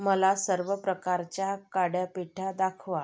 मला सर्व प्रकारच्या काड्यापेट्या दाखवा